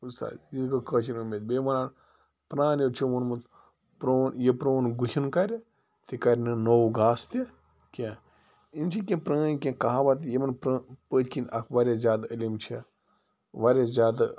بوٗز تھا یہِ تہِ گوٚو کٲشر بیٚیہِ وَنان پرٛانیٛو چھُ ووٚنمُت پرٛون یہِ پرٛون گُہیٛون کَرِ تہِ کَرِ نہٕ نوٚو گاسہٕ تہِ کیٚنٛہہ یِم چھِ کیٚنٛہہ پرٛٲنۍ کیٚنہہ کہاوَت یِمَن پٔتۍ کِنۍ اَکھ وارِیاہ زیادٕ علِم چھُ وارِیاہ زیادٕ